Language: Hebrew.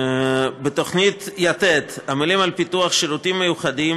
בתוכנית יתד עמלים על פיתוח שירותים מיוחדים